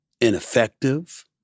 ineffective